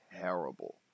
terrible